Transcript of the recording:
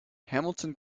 hamilton